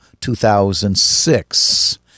2006